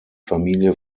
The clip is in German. familie